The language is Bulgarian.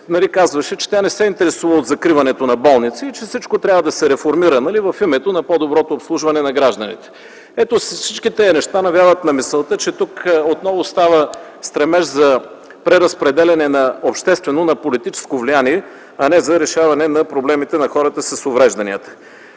казваше, че тя не се интересува от закриването на болници и че всичко трябва да се реформира в името на по-доброто обслужване на гражданите. Ето, всички тези неща навяват на мисълта, че тук отново става дума за стремеж за преразпределяне на обществено, на политическо влияние, а не за решаване на проблемите на хората с увреждания.